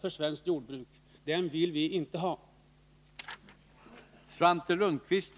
Vi vill inte stödja socialdemokraternas jordbrukspolitik.